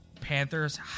Panthers